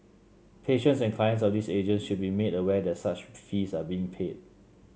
patients and clients of these agents should be made aware that such fees are being paid